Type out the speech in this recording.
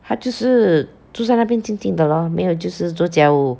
他就是坐在那边静静的 lor 没有就是做家务